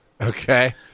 Okay